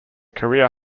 career